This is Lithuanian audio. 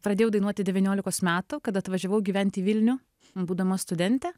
pradėjau dainuoti devyniolikos metų kada atvažiavau gyventi į vilnių būdama studentė